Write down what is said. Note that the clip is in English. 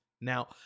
Now